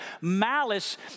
Malice